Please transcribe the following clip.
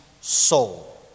soul